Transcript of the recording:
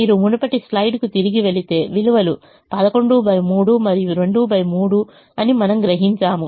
మీరు మునుపటి స్లైడ్కు తిరిగి వెళితే విలువలు 113 మరియు 23 అని మనము గ్రహించాము